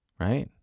right